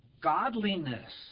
godliness